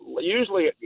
usually